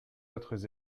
autres